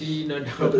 seri nada